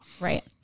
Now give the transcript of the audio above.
Right